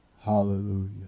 Hallelujah